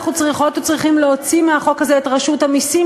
אנחנו צריכות וצריכים להוציא מהחוק הזה את רשות המסים,